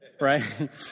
Right